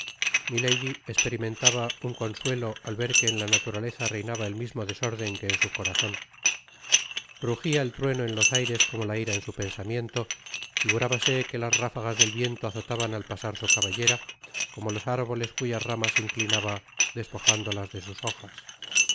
milady esperimentaba un consuelo al ver que en la naturaleza reinaba el mismo desórden que en su corazon rugia el trueno en tos aires como la ira en su pensamiento figurábase que las ráfagas del viento azotaban al pasar su cabellera como los árboles cuyas ramas inclinaba despojándolas de sus hojas